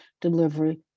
delivery